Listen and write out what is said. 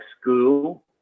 school